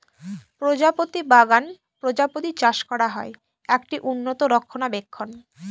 প্রজাপতি বাগান প্রজাপতি চাষ করা হয়, একটি উন্নত রক্ষণাবেক্ষণ